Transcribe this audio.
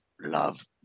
love